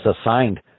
assigned